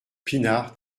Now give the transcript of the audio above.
pinard